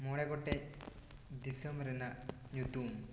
ᱢᱚᱬᱮ ᱜᱚᱴᱮᱡ ᱫᱤᱥᱚᱢ ᱨᱮᱱᱟᱜ ᱧᱩᱛᱩᱢ